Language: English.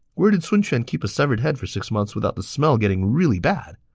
where did sun quan keep a severed head for six months without the smell getting really bad?